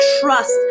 trust